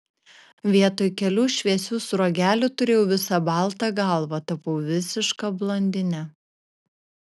vietoj kelių šviesių sruogelių turėjau visą baltą galvą tapau visiška blondine